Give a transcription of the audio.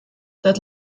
that